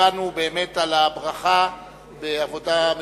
ובאנו על הברכה בעבודה משותפת.